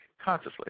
consciously